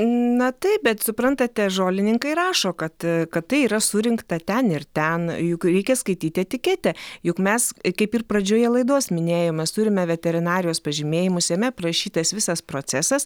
na taip bet suprantate žolininkai rašo kad kad tai yra surinkta ten ir ten juk reikia skaityti etiketę juk mes kaip ir pradžioje laidos minėjom mes turime veterinarijos pažymėjimus jame aprašytas visas procesas